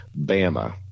bama